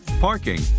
parking